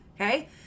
okay